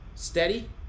Steady